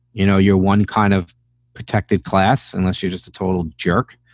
you know, you're one kind of protected class unless you're just a total jerk.